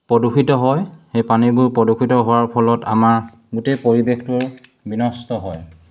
প্ৰদূষিত হয় সেই পানীবোৰ প্ৰদূষিত হোৱাৰ ফলত আমাৰ গোটেই পৰিৱেশটোৰ বিনষ্ট হয়